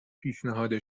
پیشنهاد